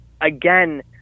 again